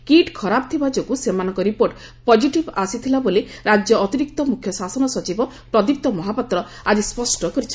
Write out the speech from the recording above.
kit ଖରାପ ଥିବା ଯୋଗୁଁ ସେମାନଙ୍କ ରିପୋର୍ଟ ପଟିଟିଭ ଆସିଥିଲା ବୋଲି ରାଜ୍ୟ ଅତିରିକ୍ତ ମୁଖ୍ୟ ଶାସନ ସଚିବ ପ୍ରଦୀପ୍ତ ମହାପାତ୍ର ଆଜି ସ୍କଷ୍ଟ କରିଛନ୍ତି